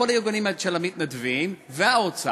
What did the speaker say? כל הארגונים של המתנדבים והאוצר,